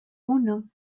uno